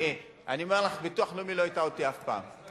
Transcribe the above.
אני אומר לך, ביטוח לאומי לא הטעה אותי אף פעם.